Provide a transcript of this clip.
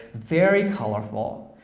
very colorful.